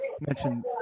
mention